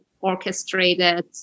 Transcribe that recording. orchestrated